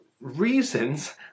reasons